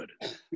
good